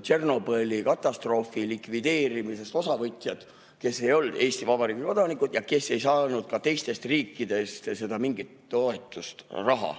Tšernobõli katastroofi likvideerimisest osavõtjad, kes ei olnud Eesti Vabariigi kodanikud ja kes ei saanud ka teistest riikidest mingit sellega